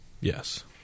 Yes